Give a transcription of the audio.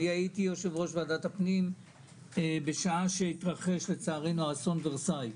הייתי יושב-ראש ועדת הפנים בשעה שהתרחש אסון ורסאי,